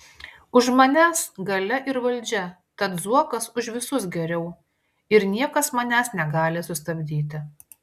už manęs galia ir valdžia tad zuokas už visus geriau ir niekas manęs negali sustabdyti